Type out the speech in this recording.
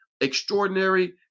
extraordinary